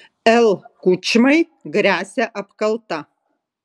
l kučmai gresia apkalta